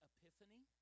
Epiphany